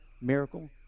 miracle